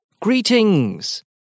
Greetings